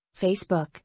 Facebook